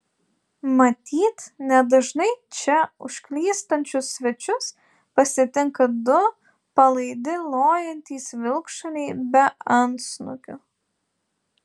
matyt nedažnai čia užklystančius svečius pasitinka du palaidi lojantys vilkšuniai be antsnukių